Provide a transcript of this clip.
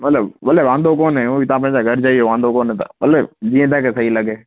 भले भले वांदो कोन्ह हूअं बि तव्हां पैसा घर ॾई वांदो कोन्हे त भले जीअं तव्हांखे सही लॻे